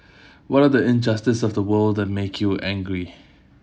what are the injustice of the world that make you angry